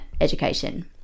education